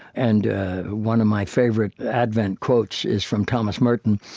and one of my favorite advent quotes is from thomas merton.